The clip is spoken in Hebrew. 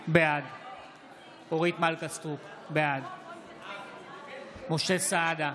בעד אורית מלכה סטרוק, בעד משה סעדה,